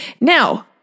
Now